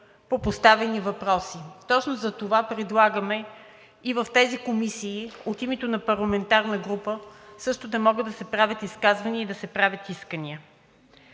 по поставени въпроси. Точно затова предлагаме и в тези комисии от името на парламентарна група също да могат да се правят изказвания и искания.